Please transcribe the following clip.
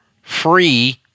free